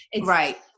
Right